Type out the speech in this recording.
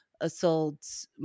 assaults